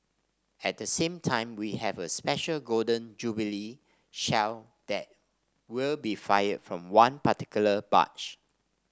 at the same time we have a special Golden Jubilee shell that will be fired from one particular barge